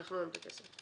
לקחנו להם את הכסף.